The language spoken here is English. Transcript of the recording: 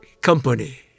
company